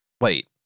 Wait